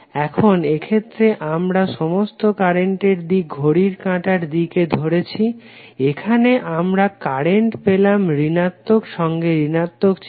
এখন এক্ষেত্রে আমরা সমস্ত কারেন্টের দিক ঘড়ির কাঁটার দিকে ধরেছি এখানে আমরা কারেন্ট পেলাম ঋণাত্মক সঙ্গে ঋণাত্মক চিহ্ন